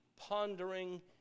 pondering